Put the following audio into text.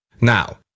Now